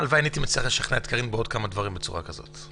הלוואי שהייתי מצליח לשכנע את קארין בעוד כמה דברים בצורה כזאת.